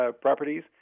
properties